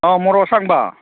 ꯃꯔꯣꯛ ꯑꯁꯥꯡꯕ